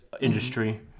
industry